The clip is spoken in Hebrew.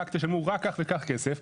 רק תשלמו כך וכך כסף.